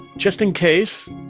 just in case,